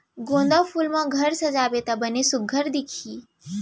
गोंदा फूल म घर सजाबे त बने सुग्घर दिखही